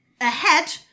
ahead